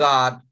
God